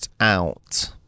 out